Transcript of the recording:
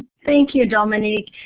thank you, dominique.